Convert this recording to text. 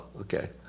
Okay